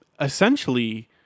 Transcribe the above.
essentially